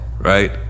right